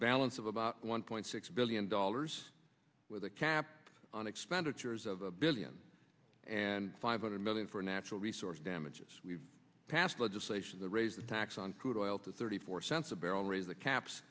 balance of about one point six billion dollars with a cap on expenditures of a billion and five hundred million for natural resource damages we've passed legislation to raise the tax on crude oil to thirty four cents a barrel raise the caps